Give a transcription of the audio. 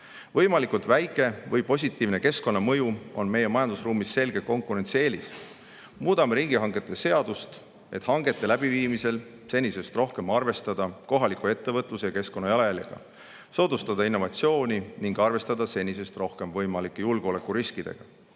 Võimalikult väike või positiivne keskkonnamõju on meie majandusruumis selge konkurentsieelis. Muudame riigihangete seadust, et hangete läbiviimisel senisest rohkem arvestada kohaliku ettevõtluse ja keskkonnajalajäljega, soodustada innovatsiooni ning arvestada senisest rohkem võimalike julgeolekuriskidega.